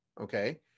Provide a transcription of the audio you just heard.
Okay